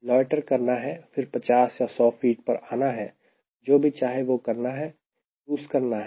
loiter करना है फिर 50 या 100 पर आना है जो भी चाहे वह करना है क्रूज़ करना है